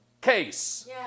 case